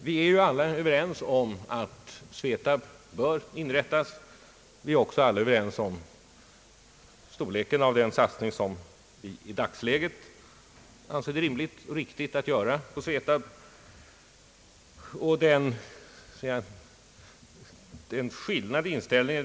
Vi är alla överens om att SVETAB bör inrättas, och vi är också överens om storleken av den satsning som vi i dagsläget anser det rimligt och riktigt att ge företaget.